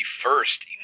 first